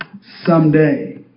someday